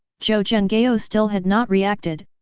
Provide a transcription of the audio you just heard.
zhou zhenghao still had not reacted,